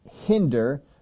hinder